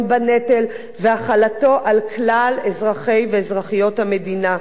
בנטל והחלתו על כלל אזרחי ואזרחיות המדינה.